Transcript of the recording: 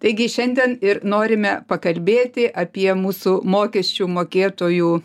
taigi šiandien ir norime pakalbėti apie mūsų mokesčių mokėtojų